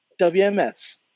WMS